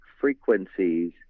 frequencies